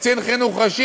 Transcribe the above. קצין חינוך ראשי,